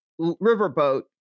riverboat